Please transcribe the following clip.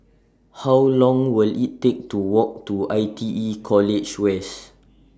How Long Will IT Take to Walk to I T E College West